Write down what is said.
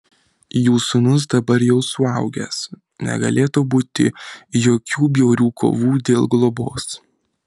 jų sūnus dabar jau suaugęs negalėtų būti jokių bjaurių kovų dėl globos